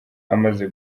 amaze